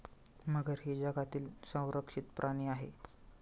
मगर ही जगातील संरक्षित प्राणी आहे